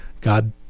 God